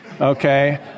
Okay